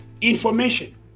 information